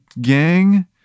gang